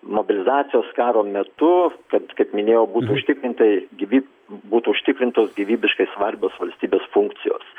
mobilizacijos karo metu kad kaip minėjau būtų užtikrintai dvi būtų užtikrintos gyvybiškai svarbios valstybės funkcijos